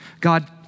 God